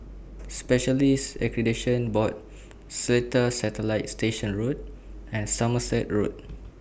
Specialists Accreditation Board Seletar Satellite Station Road and Somerset Road